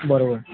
बरोबर